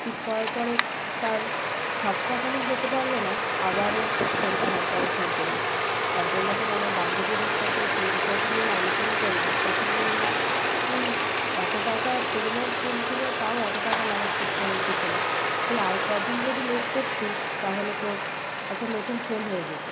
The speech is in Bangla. ঠিক করার পরে তার সপ্তাহখানেক যেতে পারল না আবারও ফোনটা হ্যাং করা শুরু করল তার পরে যখন আমার বান্ধবীদের সাথে সেই বিষয়টা নিয়ে আমি আলোচনা করলাম তখন বলল তুই এত টাকা সেকেন্ড হ্যান্ড ফোন কিনে তাও এত টাকা লাগাচ্ছিস ফোনের পিছনে তুই আর কদিন যদি লেট করতিস তাহলে তোর একটা নতুন ফোন হয়ে যেত